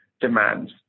demands